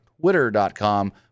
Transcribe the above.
twitter.com